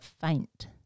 faint